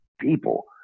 people